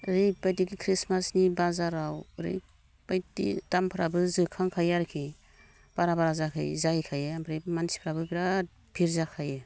ओरैबादि ख्रिस्टमासनि बाजाराव ओरैबायदि दामफोराबो जोखांखायो आरखि बारा बारा जाहैखायो ओमफ्राय मानसिफ्राबो बिराद भिर जाखायो